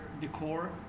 decor